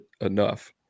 enough